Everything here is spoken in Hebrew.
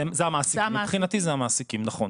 מבחינתי זה המעסיקים, נכון.